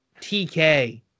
TK